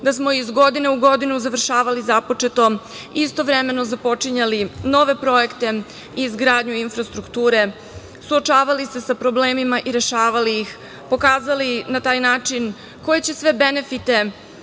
da smo iz godine u godinu završavali započeto i istovremeno započinjali nove projekte i izgradnju infrastrukture, suočavali se sa problemima i rešavali ih, pokazali na taj način koje će sve benefite